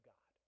God